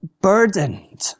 burdened